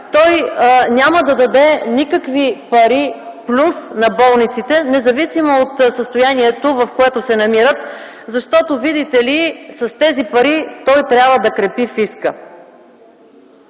той няма да даде никакви пари в плюс на болниците, независимо от състоянието, в което се намират, защото видите ли, с тези пари той трябва да крепи фиска.